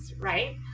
right